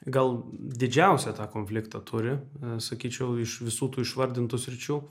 gal didžiausią tą konfliktą turi sakyčiau iš visų tų išvardintų sričių